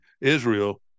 Israel